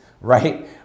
right